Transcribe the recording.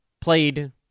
played